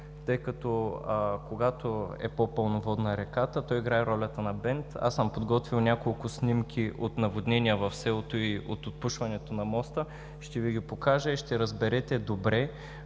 тъй като, когато реката е по-пълноводна, той играе ролята на бент. Подготвил съм няколко снимки от наводнения в селото и от отпушването на моста. Ще Ви ги покажа и ще разберете добре